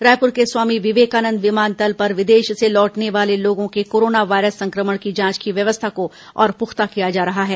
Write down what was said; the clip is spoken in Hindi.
रायपुर के स्वामी विवेकानंद विमानतल पर विदेश से लौटने वाले लोगों के कोरोना वायरस संक्रमण की जांच की व्यवस्था को और पुख्ता किया जा रहा है